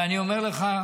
ואני אומר לך,